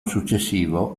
successivo